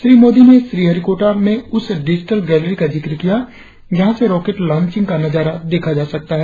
श्री मोदी ने श्रीहरिकोटा में उस डिजिटल गैलरी का जिक्र किया जहां से रॉकेट लॉचिंग का नजारा देखा जा सकता है